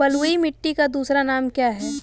बलुई मिट्टी का दूसरा नाम क्या है?